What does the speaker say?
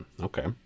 Okay